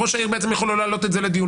וראש העיר יכול לא להעלות את זה לדיון,